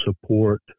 support